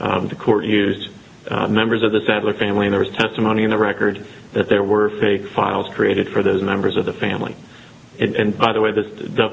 in the court used members of the saddler family there was testimony in the record that there were fake files created for those members of the family and by the way th